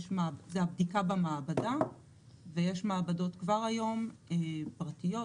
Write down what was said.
יש בדיקה במעבדה ויש מעבדות כבר היום פרטיות,